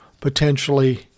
potentially